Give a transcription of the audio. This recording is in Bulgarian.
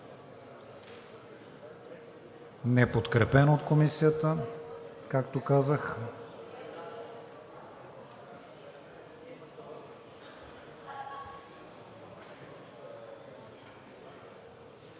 неподкрепено от Комисията, както казах.